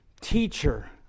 Teacher